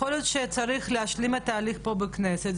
יכול להיות שצריך להשלים את ההליך פה בכנסת,